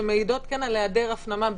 שמעידות על היעדר הפנמה,